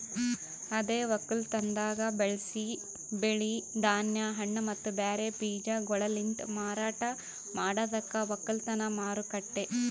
ಅದೇ ಒಕ್ಕಲತನದಾಗ್ ಬೆಳಸಿ ಬೆಳಿ, ಧಾನ್ಯ, ಹಣ್ಣ ಮತ್ತ ಬ್ಯಾರೆ ಬೀಜಗೊಳಲಿಂತ್ ಮಾರಾಟ ಮಾಡದಕ್ ಒಕ್ಕಲತನ ಮಾರುಕಟ್ಟೆ